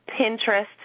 Pinterest